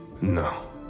no